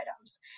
items